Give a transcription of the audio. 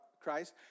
Christ